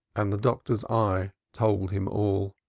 and the doctor's eye told him all.